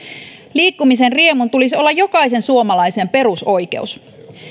liikkumisen riemun tulisi olla jokaisen suomalaisen perusoikeus